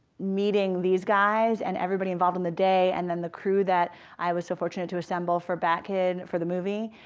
meeting these guys and everybody involved in the day, and then the crew that i was so fortunate to assemble for batkid for the movie,